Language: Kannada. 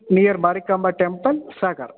near Marikamba temple Sagara